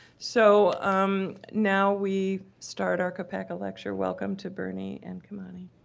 so um now we start our koppaka lecture. welcome to bernie and kimani.